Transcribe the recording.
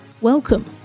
Welcome